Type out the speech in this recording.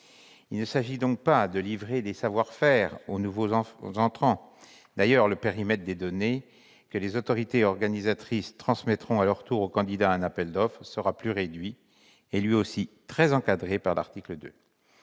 Il ne s'agit donc pas de livrer des savoir-faire aux nouveaux entrants. D'ailleurs, le périmètre des données que les autorités organisatrices de transport transmettront à leur tour aux candidats à un appel d'offres sera plus réduit et lui aussi très encadré, par l'article 2.